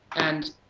and,